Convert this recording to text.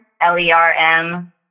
L-E-R-M